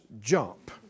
jump